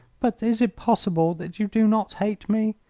but is it possible that you do not hate me?